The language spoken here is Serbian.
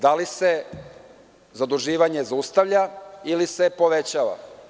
Da li se zaduživanje zaustavlja ili se povećava?